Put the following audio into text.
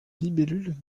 libellule